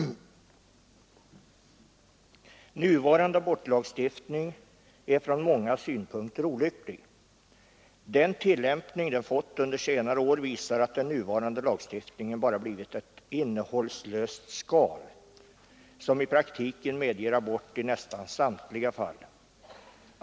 Nuvarande abortlagstiftning är från många synpunkter olycklig. Den tillämpning den fått under senare år visar att den nuvarande lagstiftningen bara har blivit ett innehållslöst skal, som i praktiken medger abort i nästan samtliga fall.